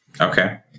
Okay